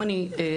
אם אני אסכם,